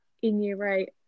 in-year-eight